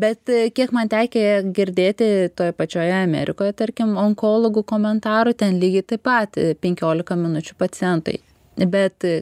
bet kiek man tekę girdėti toje pačioje amerikoje tarkim onkologų komentarų ten lygiai taip pat penkiolika minučių pacientui bet